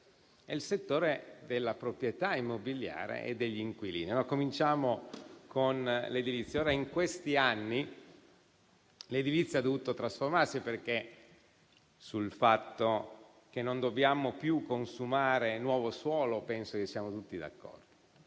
e quello della proprietà immobiliare e degli inquilini. Cominciamo con l'edilizia. In questi anni l'edilizia ha dovuto trasformarsi, perché sul fatto che non dobbiamo più consumare nuovo suolo penso che siamo tutti d'accordo.